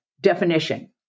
definition